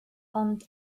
ond